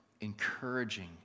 encouraging